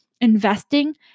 investing